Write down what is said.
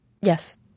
Yes